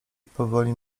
powoli